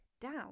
Down